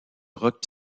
rock